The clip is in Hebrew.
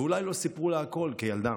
אולי גם לא סיפרו לה הכול כילדה.